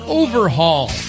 overhaul